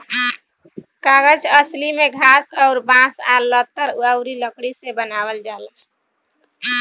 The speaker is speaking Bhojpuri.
कागज असली में घास अउर बांस आ लतर अउरी लकड़ी से बनावल जाला